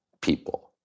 people